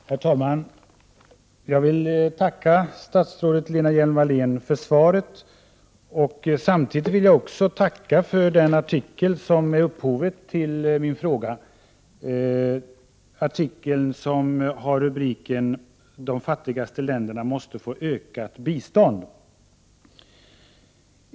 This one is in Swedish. Herr talman! Jag vill tacka statsrådet Lena Hjelm-Wallén för svaret, och samtidigt vill jag också tacka för den artikel som är upphovet till min fråga. Artikeln har rubriken ”De fattigaste länderna måste få ökat bistånd”.